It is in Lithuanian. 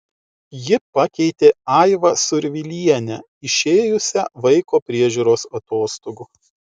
ji pakeitė aivą survilienę išėjusią vaiko priežiūros atostogų